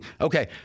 Okay